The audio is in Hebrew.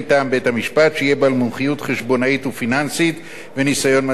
בית-המשפט שיהיה בעל מומחיות חשבונאית ופיננסית וניסיון מתאים.